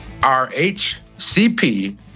RHCP